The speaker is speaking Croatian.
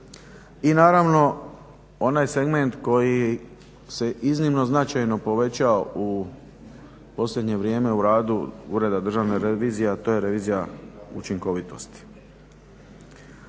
I naravno onaj segment koji se iznimno značajno povećao u posljednje vrijeme u radu Ureda državne revizije, a to je revizija učinkovitosti.